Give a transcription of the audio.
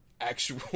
actual